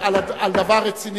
הולך לבכות.